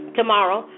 tomorrow